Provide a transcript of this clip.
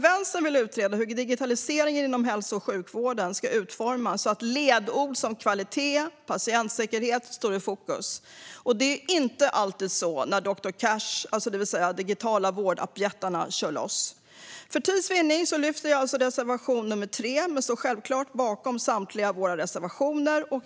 Vänstern vill utreda hur digitaliseringen inom hälso och sjukvården ska utformas så att ledord som kvalitet och patientsäkerhet står i fokus. Så är det inte alltid när doktor Cash, det vill säga de digitala vårdappjättarna, kör loss. För tids vinnande yrkar jag alltså bifall endast till reservation 3, men jag står självklart bakom samtliga våra reservationer.